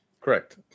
Correct